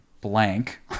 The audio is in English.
blank